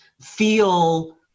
feel